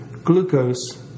Glucose